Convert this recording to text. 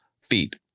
feet